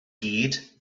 gyd